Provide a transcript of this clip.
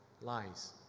lies